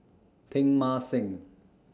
Teng Mah Seng